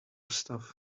stuff